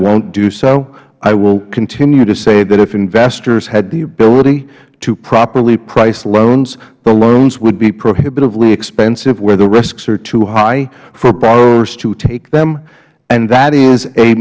won't do so i will continue to say that if investors had the ability to properly price loans the loans would be prohibitively expensive where the risks are too high for borrowers to take them and that is a